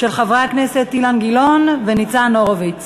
של חברי הכנסת אילן גילאון וניצן הורוביץ.